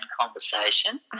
conversation